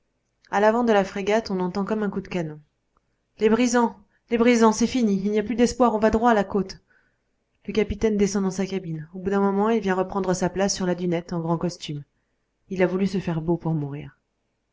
à l'avant de la frégate on entend comme un coup de canon les brisants les brisants c'est fini il n'y a plus d'espoir on va droit à la côte le capitaine descend dans sa cabine au bout d'un moment il vient reprendre sa place sur la dunette en grand costume il a voulu se faire beau pour mourir